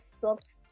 soft